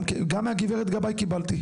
גם מהגב' גבאי קיבלתי.